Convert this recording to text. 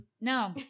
No